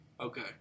Okay